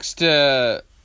next